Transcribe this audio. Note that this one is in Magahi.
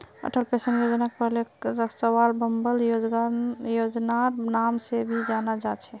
अटल पेंशन योजनाक पहले स्वाबलंबन योजनार नाम से भी जाना जा छे